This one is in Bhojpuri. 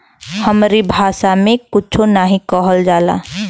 हमरे भासा मे कुच्छो नाहीं कहल जाला